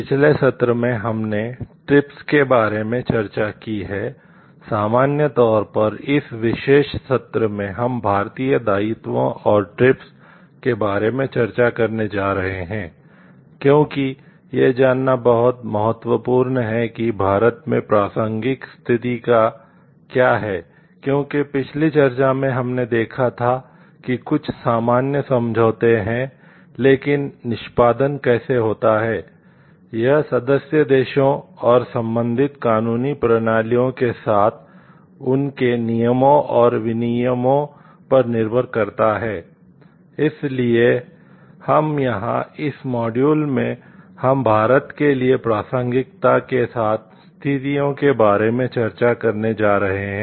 पिछले सत्र में हमने ट्रिप्स में हम भारत के लिए प्रासंगिकता के साथ स्थितियों के बारे में चर्चा करने जा रहे हैं